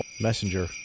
Messenger